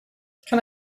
can